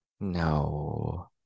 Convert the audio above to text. No